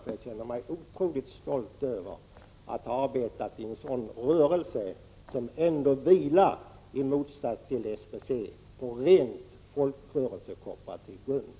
Jag känner mig otroligt stolt över att ha arbetat i en sådan rörelse som ändå vilar — i motsats till SBC — på rent folkrörelsekooperativ grund.